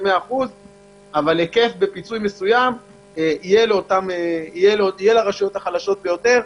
אבל היקף בפיצוי מסוים יהיה לרשויות החלשות ביותר,